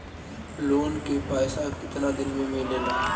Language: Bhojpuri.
लोन के पैसा कितना दिन मे मिलेला?